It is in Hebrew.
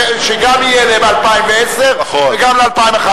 שגם יהיה ל-2010 וגם ל-2011,